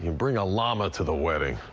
and bring a llama to the wedding.